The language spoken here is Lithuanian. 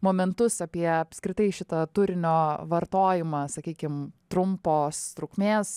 momentus apie apskritai šitą turinio vartojimą sakykim trumpos trukmės